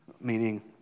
meaning